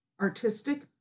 artistic